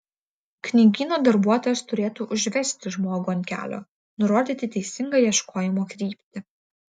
knygyno darbuotojas turėtų užvesti žmogų ant kelio nurodyti teisingą ieškojimo kryptį